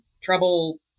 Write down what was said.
trouble